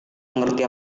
mengerti